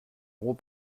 euros